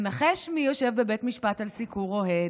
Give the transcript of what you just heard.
ונחש מי יושב בבית משפט על סיקור אוהד?